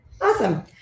awesome